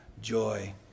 joy